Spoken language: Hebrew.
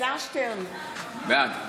בעד